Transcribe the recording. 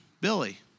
Billy